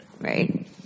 right